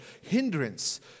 hindrance